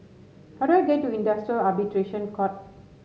how do I get to Industrial Arbitration Court